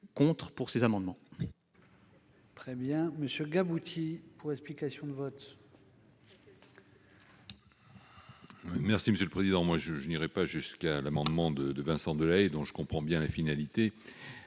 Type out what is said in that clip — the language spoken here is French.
contre ces amendements.